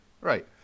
right